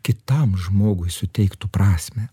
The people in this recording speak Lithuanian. kitam žmogui suteiktų prasmę